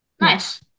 Nice